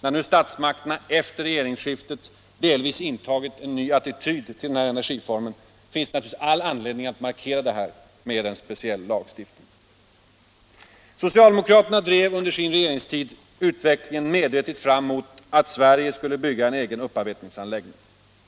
När nu statsmakterna efter regeringsskiftet delvis intagit en ny attityd till den här energiformen finns det all anledning att markera detta med en speciell lagstiftning. Socialdemokraterna drev under sin regeringstid utvecklingen medvetet fram mot att Sverige skulle bygga en egen upparbetningsanläggning.